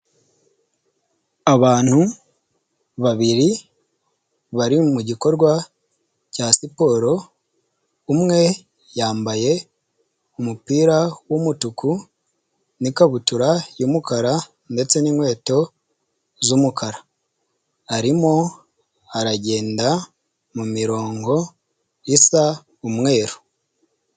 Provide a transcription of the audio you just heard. Abantu babiri bari mugikorwa cya siporo umwe yambaye umupira w'umutuku n'ikabutura y'umukara ndetse n'inkweto z'umukara, arimo aragenda mu mirongo isa umweru.